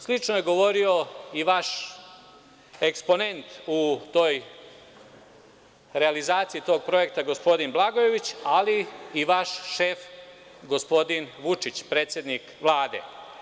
Slično je govorio i vaš eksponent u realizaciji tog projekta, gospodin Blagojević, ali i vaš šef, gospodin Vučić, predsednik Vlade.